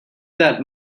that